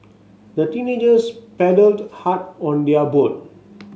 the teenagers paddled hard on their boat